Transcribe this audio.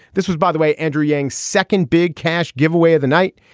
this was by the way andrew yang second big cash giveaway of the night.